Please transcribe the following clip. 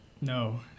No